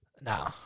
No